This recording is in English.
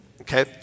okay